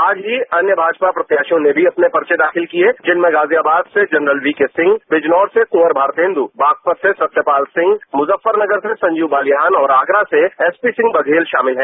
आज ही अन्य भाजपा प्रत्याशियों ने भी अपने पर्चे दाखिल किये जिनमें गाजियाबाद से जनरल वीके सिंह बिजनौर से कुंवर भारतेन्द् बागपत से सत्यपाल सिंह मुजफ्फरनगर से संजीव बालियान और आगरा से एसपी सिंह बघेल शामिल हैं